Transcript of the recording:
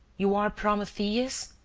you are prometheus,